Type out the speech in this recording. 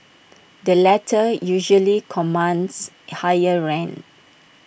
the latter usually commands higher rent